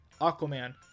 Aquaman